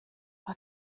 war